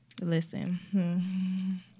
Listen